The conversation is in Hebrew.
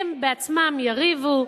הם בעצם יריבו,